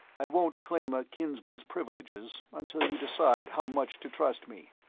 i won't claim a kinsman's privileges until you decide how much to trust me.